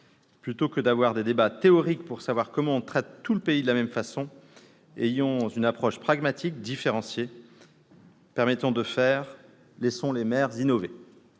Plutôt que d'avoir des débats théoriques pour savoir comment on traite tout le pays de la même façon, ayons une approche pragmatique, différenciée. Permettons de faire. Laissons les maires innover.